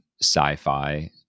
sci-fi